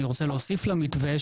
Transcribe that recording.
אני רוצה להוסיף למתווה,